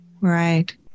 right